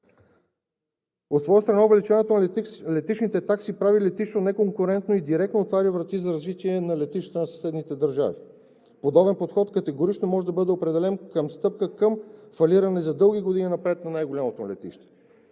От своя страна увеличаването на летищните такси прави летището неконкурентно и директно отваря врати за развитие на летищата на съседните държави. Подобен подход категорично може да бъде определен като стъпка към фалиране за дълги години напред на най-голямото летище.